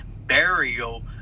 Burial